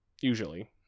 usually